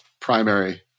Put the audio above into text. primary